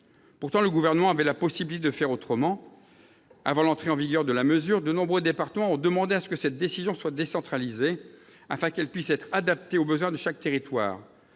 Pourtant, le Gouvernement aurait pu procéder différemment. Avant l'entrée en vigueur de la mesure, de nombreux départements ont demandé que cette décision soit décentralisée, afin qu'elle puisse être adaptée aux spécificités de chaque territoire.